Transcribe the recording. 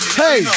hey